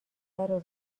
دفتر